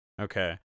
Okay